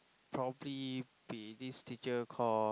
probably be this teacher call